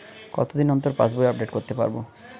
কতদিন অন্তর পাশবই আপডেট করতে পারব?